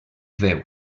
veu